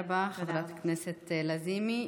תודה רבה, חברת הכנסת לזימי.